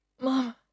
Mom